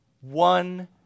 one